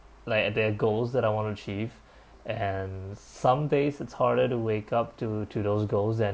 like there are goals that I want to achieve and some days it's harder to wake up to to those goals than